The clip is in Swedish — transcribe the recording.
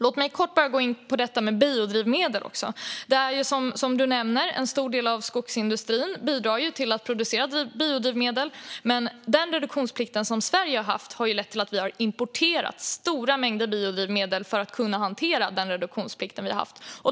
Låt mig kort bara gå in på detta med biodrivmedel. Som frågeställaren nämner bidrar en stor del av skogsindustrin till att producera biodrivmedel. Den reduktionsplikt som Sverige har haft har lett till att vi har fått importera stora mängder biodrivmedel för att hantera den reduktionsplikt som vi har haft.